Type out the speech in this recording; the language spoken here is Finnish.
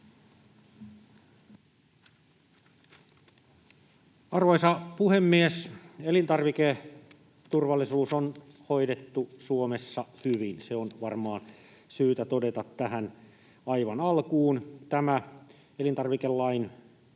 Arvoisa puhemies! Elintarviketurvallisuus on hoidettu Suomessa hyvin — se on varmaan syytä todeta tähän aivan alkuun. Tämä elintarvikelain